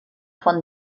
font